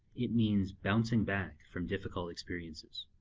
it means bouncing back from difficult experiences.